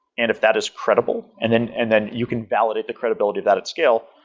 and if that is credible and then and then you can validate the credibility of that at scale,